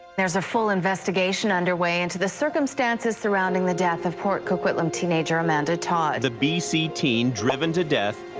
there's a full investigation underway into the circumstances surrounding the death of port coquitlam teenager amanda todd. the b c. teen driven to death,